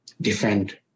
defend